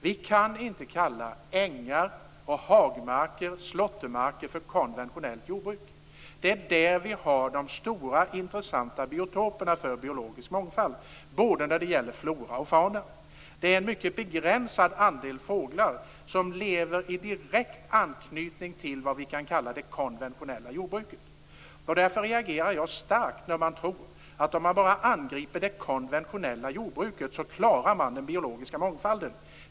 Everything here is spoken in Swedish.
Vi kan inte kalla ängar, hagmarker och slåttermarker för konventionellt jordbruk. Det är på dessa områden vi har de stora, intressanta biotoperna för biologisk mångfald när det gäller både flora och fauna. Det är en mycket begränsad andel fåglar som lever i direkt anknytning till vad vi kan kalla det konventionella jordbruket. Därför reagerar jag starkt när man tror att man klarar den biologiska mångfalden bara man angriper det konventionella jordbruket.